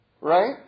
right